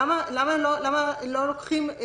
למה לא מבינים